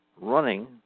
running